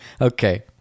Okay